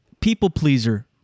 people-pleaser